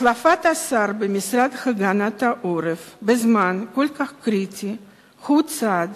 החלפת השר במשרד להגנת העורף בזמן כל כך קריטי היא צעד